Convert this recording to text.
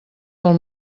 pel